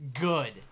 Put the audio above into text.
good